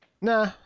Nah